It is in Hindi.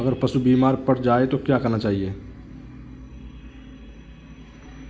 अगर पशु बीमार पड़ जाय तो क्या करना चाहिए?